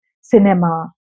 cinema